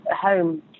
home